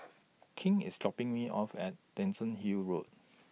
King IS dropping Me off At Dickenson Hill Road